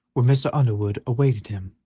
where mr. underwood awaited him.